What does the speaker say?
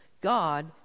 God